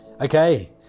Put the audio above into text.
Okay